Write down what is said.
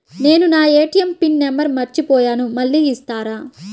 నేను నా ATM pin number మర్చిపోయాను మళ్ళీ ఇస్తారా?